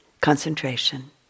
concentration